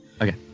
Okay